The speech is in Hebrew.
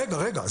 רגע, רגע.